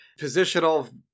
Positional